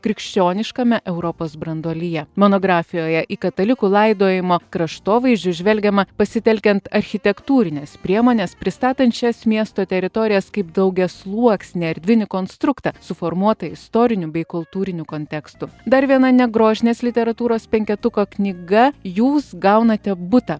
krikščioniškame europos branduolyje monografijoje į katalikų laidojimo kraštovaizdžius žvelgiama pasitelkiant architektūrines priemones pristatančias miesto teritorijas kaip daugiasluoksnį erdvinį konstruktą suformuotą istoriniu bei kultūriniu kontekstu dar viena negrožinės literatūros penketuko knyga jūs gaunate butą